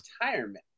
retirement